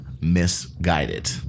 misguided